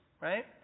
right